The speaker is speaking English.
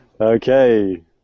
Okay